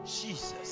Jesus